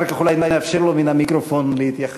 אחר כך אולי נאפשר לו מן המיקרופון להתייחס.